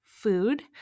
food